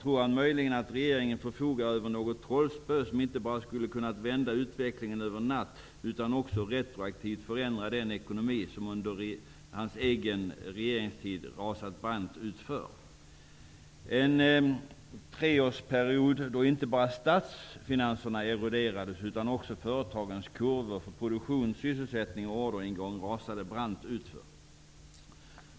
Tror han möjligen att regeringen förfogar över något trollspö, som inte bara kan vända utvecklingen över en natt utan också retroaktivt kan förändra den ekonomi som under Ingvar Carlssons egen regeringstid rasat brant utför? Det var en treårsperiod under vilken inte bara statsfinanserna eroderades, utan företagens kurvor för produktion, sysselsättning och orderingång rasade brant utför.